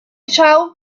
child